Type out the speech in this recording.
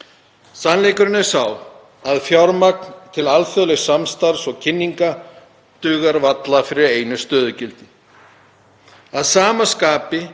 Sannleikurinn er sá að fjármagn til alþjóðlegs samstarfs og kynninga dugar varla fyrir einu stöðugildi.